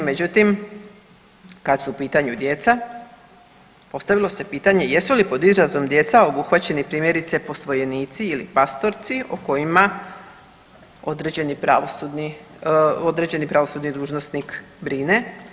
Međutim kada su u pitanju djeca postavilo se pitanje jesu li pod izrazom djeca obuhvaćeni primjerice posvojenici ili pastorci o kojima određeni pravosudni dužnosnik brine.